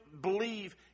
believe